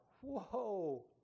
whoa